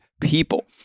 people